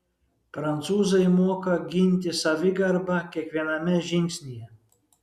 prancūzai moka ginti savigarbą kiekviename žingsnyje